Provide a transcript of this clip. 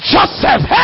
Joseph